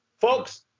folks